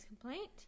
complaint